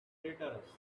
traitorous